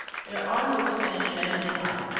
there are no spanish banditti,